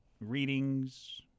readings